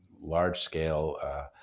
large-scale